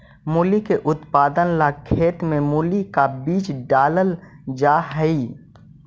मूली के उत्पादन ला खेत में मूली का बीज डालल जा हई